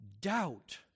doubt